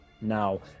now